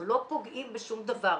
אנחנו לא פוגעים בשום דבר,